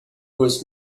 was